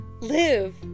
live